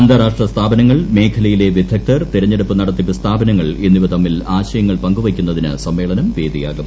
അന്താരാഷ്ട്ര സ്ഥാപനങ്ങൾ മേഖലയിലെ വിദഗ്ദ്ധർ തിരഞ്ഞെടുപ്പ് നടത്തിപ്പ് സ്ഥാപനങ്ങൾ എന്നിവ തമ്മിൽ ആശയങ്ങൾ പങ്കുവയ്ക്കുന്നതിന് സമ്മേളനം വേദിയാകും